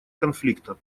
конфликта